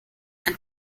ein